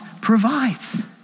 provides